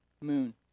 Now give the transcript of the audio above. moon